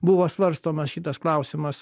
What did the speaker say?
buvo svarstomas šitas klausimas